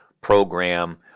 program